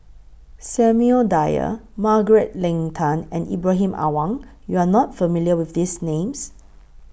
Samuel Dyer Margaret Leng Tan and Ibrahim Awang YOU Are not familiar with These Names